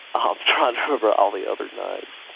um remember all the other names.